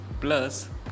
plus